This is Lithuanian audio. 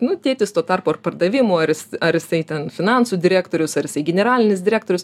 nu tėtis tuo tarpu ar pardavimų ar jis ar jisai ten finansų direktorius ar jisai generalinis direktorius